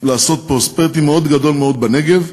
לעשות פרוספריטי מאוד גדול בנגב.